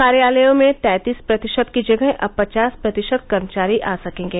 कार्यालयों में तैंतीस प्रतिशत की जगह अब पचास प्रतिशत कर्मचारी आ सकेंगे